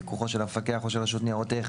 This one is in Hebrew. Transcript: לפיקוחו של המפקח או של רשות ניירות ערך